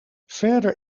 verder